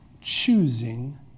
choosing